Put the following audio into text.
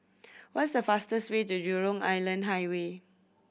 what's the fastest way to Jurong Island Highway